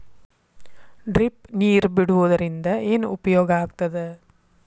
Drip ನೇರ್ ಬಿಡುವುದರಿಂದ ಏನು ಉಪಯೋಗ ಆಗ್ತದ?